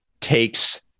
takes